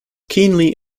keenly